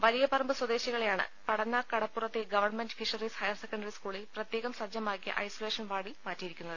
വലിയപറമ്പ് സ്വദേശികളെയാണ് പടന്ന കടപ്പുറത്തെ government fisheries higher secondary സ്കൂളിൽ പ്രത്യേകം സജ്ജമാക്കിയ ഐസൊലേഷൻ വാർഡിൽ മാറ്റി യിരിക്കുന്നത്